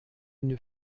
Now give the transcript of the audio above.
une